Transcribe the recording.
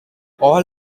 all